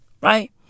Right